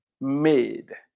made